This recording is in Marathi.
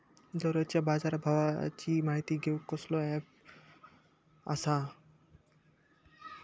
दररोजच्या बाजारभावाची माहिती घेऊक कसलो अँप आसा काय?